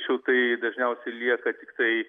šiltai dažniausiai lieka tiktai